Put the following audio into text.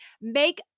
make